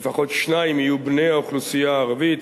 לפחות שניים יהיו בני האוכלוסייה הערבית,